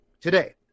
today